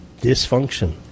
dysfunction